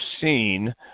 seen